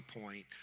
point